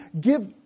give